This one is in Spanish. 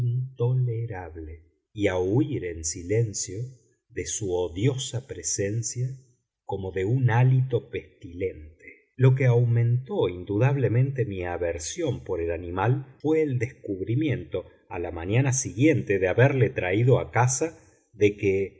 intolerable y a huir en silencio de su odiosa presencia como de un hálito pestilente lo que aumentó indudablemente mi aversión por el animal fué el descubrimiento a la mañana siguiente de haberle traído a casa de que